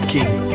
King